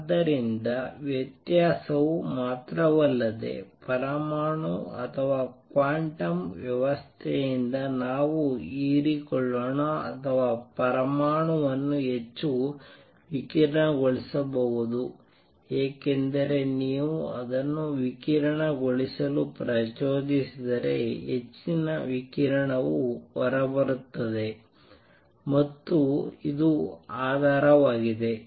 ಆದ್ದರಿಂದ ವ್ಯತ್ಯಾಸವು ಮಾತ್ರವಲ್ಲದೆ ಪರಮಾಣು ಅಥವಾ ಕ್ವಾಂಟಮ್ ವ್ಯವಸ್ಥೆಯಿಂದ ನಾವು ಹೀರಿಕೊಳ್ಳೋಣ ಅದು ಪರಮಾಣುವನ್ನು ಹೆಚ್ಚು ವಿಕಿರಣಗೊಳಿಸಬಹುದು ಏಕೆಂದರೆ ನೀವು ಅದನ್ನು ವಿಕಿರಣಗೊಳಿಸಲು ಪ್ರಚೋದಿಸಿದರೆ ಹೆಚ್ಚಿ ನ ವಿಕಿರಣವು ಹೊರಬರುತ್ತದೆ ಮತ್ತು ಇದು ಆಧಾರವಾಗಿದೆ